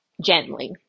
gently